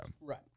right